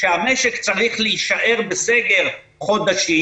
שהמשק צריך להישאר בסגר במשך חודשים